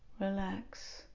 relax